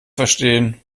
verstehen